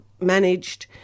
managed